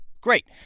Great